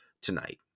tonight